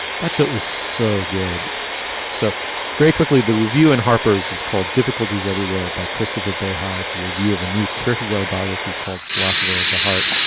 that show is so good so very quickly, the review in harper's is called difficulty's everywhere by christopher behi. it's a review of a new character, aagaard biography called philosopher of the heart.